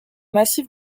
massif